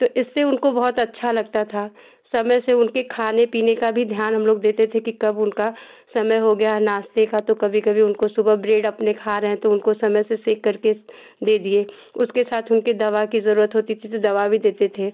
तो इससे उनको बहुत अच्छा लगता था समय से उनके खाने पीने का भी ध्यान हमलोग देते थे कि कब उनका समय हो गया है नाश्ते का तो कभी कभी उनको सुबह ब्रेड अपने खा रहे हैं तो उनको समय से सेंक करके दे दिए उसके साथ उनकी दवा की ज़रूरत होती थी तो दवा भी देते थे